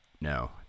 no